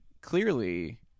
Clearly